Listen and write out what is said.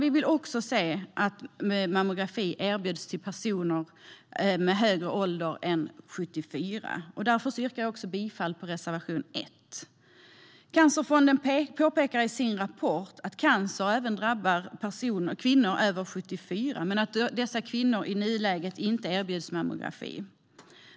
Vi vill att mammografi erbjuds personer med högre ålder än 74 år. Därför yrkar jag bifall till reservation 1. Cancerfonden påpekar i sin rapport att cancer även drabbar kvinnor över 74 år men att dessa kvinnor i nuläget inte erbjuds mammografi.